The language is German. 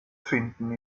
finden